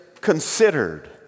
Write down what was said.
considered